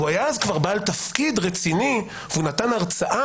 הוא היה אז כבר בעל תפקיד רציני, ונתן הרצאה.